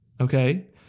Okay